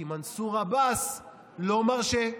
כי מנסור עבאס לא מרשה.